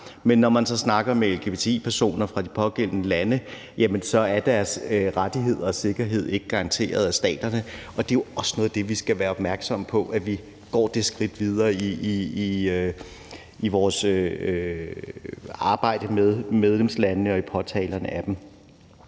men når man så snakker med lbgti-personer fra de pågældende lande, jamen så er deres rettigheder og sikkerhed ikke garanteret af staterne, og det er jo også noget af det, vi skal være opmærksomme på, nemlig at vi går det skridt videre i vores arbejde med medlemslandene og i påtalerne af dem.